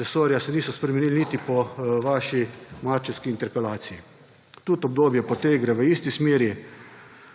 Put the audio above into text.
resorja, se niso spremenile niti po vaši marčevski interpelaciji. Tudi obdobje po tej gre v isti smeri,